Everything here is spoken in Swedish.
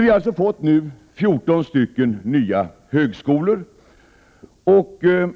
Vi har nu fått 14 nya högskolor, men